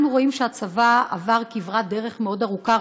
אנחנו רואים שהצבא עבר כברת דרך מאוד ארוכה,